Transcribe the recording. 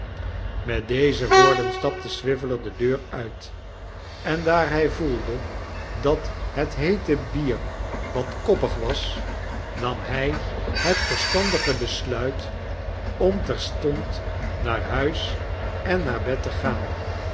zulmet deze woorden stapte swiveller de deur uit en daar hij voelde dat het heete bier wat koppig was nam hij het verstandige besluit om terstond naar huis en naar bed te gaan